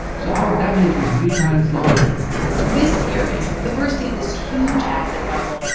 so our damage was three times larger this period, the bursting of this huge asset bubble,